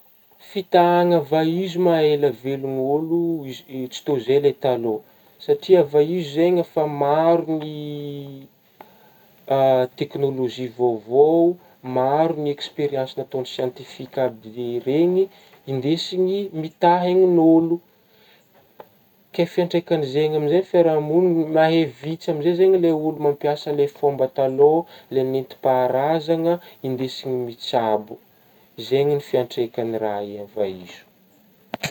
Fitahagna va izy mahelavelogno ôlo izy-i-tsy tôy zay le talôha satria zegny efa maro ny technologie vaovao maro ny eksperiansy nataogny siantifika aby regny indesigny mitahy aignign' ôlo, ke fetraikan'gny zegny amin'izey fiarahamonigny mehay vitsy amin'izey zegny le ôlo mampiasa le fômba talôha le nentim-paharazagna indesigny mitsabo, zegny ny fiatrekagny raha io.